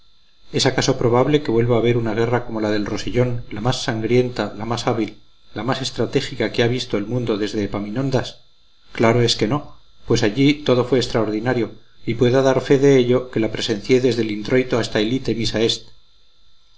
es acaso probable que vuelva a haber una guerra como la del rosellón la más sangrienta la más hábil la más estratégica que ha visto el mundo desde epaminondas claro es que no pues allí todo fue extraordinario y puedo dar fe de ello que la presencié desde el introito hasta el